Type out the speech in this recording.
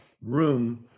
room